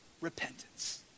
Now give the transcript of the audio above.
repentance